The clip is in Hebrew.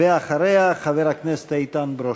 ואחריה, חבר הכנסת איתן ברושי.